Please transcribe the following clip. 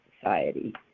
Society